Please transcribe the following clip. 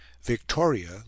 Victoria